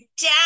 Dad